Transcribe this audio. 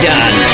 Done